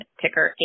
ticker